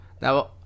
Now